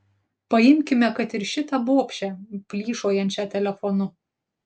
paimkime kad ir šitą bobšę plyšojančią telefonu